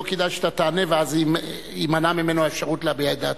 לא כדאי שאתה תענה ואז תימנע ממנו האפשרות להביע את דעתו.